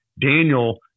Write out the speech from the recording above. Daniel